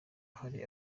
hari